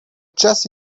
just